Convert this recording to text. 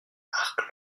marque